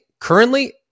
currently